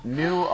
new